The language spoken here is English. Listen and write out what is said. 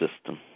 system